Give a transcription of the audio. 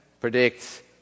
predict